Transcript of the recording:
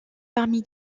parmi